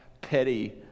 petty